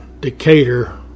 Decatur